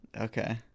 Okay